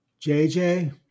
JJ